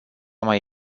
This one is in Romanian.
mai